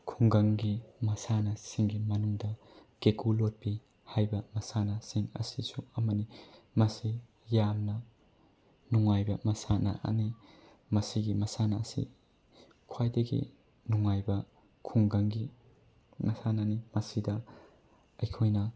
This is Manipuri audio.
ꯈꯨꯡꯒꯪꯒꯤ ꯃꯁꯥꯟꯅꯁꯤꯡꯒꯤ ꯃꯅꯨꯡꯗ ꯀꯦꯀꯨ ꯂꯣꯠꯄꯤ ꯍꯥꯏꯕ ꯃꯁꯥꯟꯅꯁꯤꯡ ꯑꯁꯤꯁꯨ ꯑꯃꯅꯤ ꯃꯁꯤ ꯌꯥꯝꯅ ꯅꯨꯡꯉꯥꯏꯕ ꯃꯁꯥꯟꯅ ꯑꯃꯅꯤ ꯃꯁꯤꯒꯤ ꯃꯁꯥꯟꯅ ꯑꯁꯤ ꯈ꯭ꯋꯥꯏꯗꯒꯤ ꯅꯨꯡꯉꯥꯏꯕ ꯈꯨꯡꯒꯪꯒꯤ ꯃꯁꯥꯟꯅꯅꯤ ꯃꯁꯤꯗ ꯑꯩꯈꯣꯏꯅ